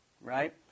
right